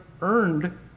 earned